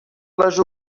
les